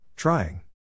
Trying